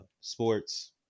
sports